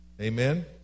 Amen